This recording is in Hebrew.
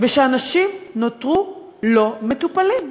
ושאנשים נותרו לא מטופלים.